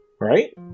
Right